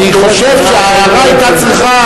אני חושב גם שההערה היתה צריכה